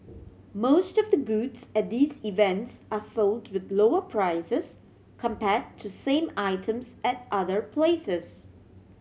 most of the goods at these events are sold with lower prices compare to same items at other places